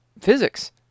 physics